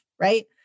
Right